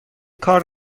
کار